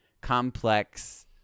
complex